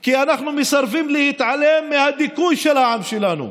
כי אנחנו מסרבים להתעלם מהדיכוי של העם שלנו,